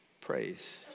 praise